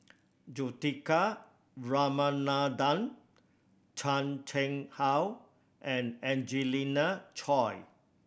Juthika Ramanathan Chan Chang How and Angelina Choy